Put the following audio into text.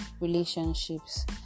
relationships